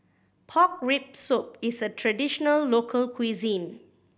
pork rib soup is a traditional local cuisine